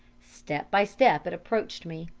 step by step it approached me,